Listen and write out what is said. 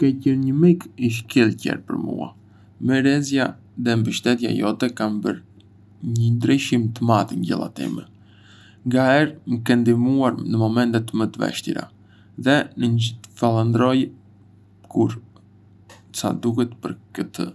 Ke qenë një mik i shkëlqyer për mua... mirësia dhe mbështetja jote kanë bërë një ndryshim të madh në gjella time. Ngaherë më ke ndihmuar në momentet më të vështira, dhe ngë të falënderoj kurrë sa duhet për këtë.